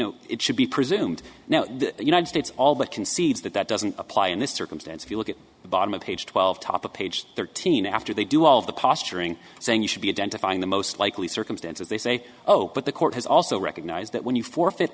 know it should be presumed now the united states all that concedes that that doesn't apply in this circumstance if you look at the bottom of page twelve top of page thirteen after they do all the posturing saying you should be identifying the most likely circumstances they say oh but the court has also recognized that when you forfeit